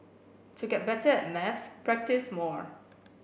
to get better at maths practise more